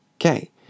Okay